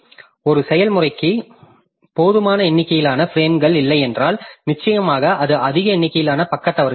ஒரு செயல்முறைக்கு போதுமான எண்ணிக்கையிலான பிரேம்கள் இல்லை என்றால் நிச்சயமாக அது அதிக எண்ணிக்கையிலான பக்க தவறுகளை உருவாக்கும்